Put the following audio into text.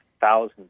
thousands